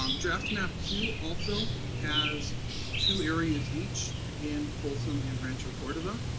um draft map two also has two areas each in folsom and rancho cordova.